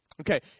Okay